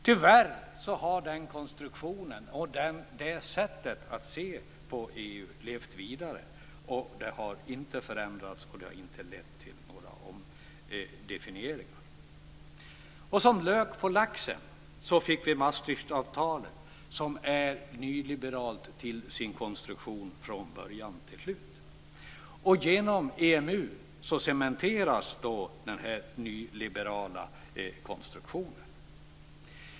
Tyvärr har denna konstruktion och detta sätt att se på EU levt vidare. Detta har inte förändrats och har inte lett till några omdefinieringar. Som lök på laxen fick vi Maastrichtavtalet, som är nyliberalt till sin konstruktion från början till slut. Genom EMU cementeras denna nyliberala konstruktion.